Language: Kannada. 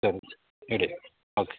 ಸರಿ ಇಡಿ ಓಕೆ